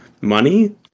money